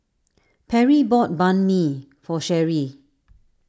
Perri bought Banh Mi for Sherrie